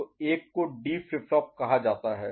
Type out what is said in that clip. तो एक को डी फ्लिप फ्लॉप कहा जाता है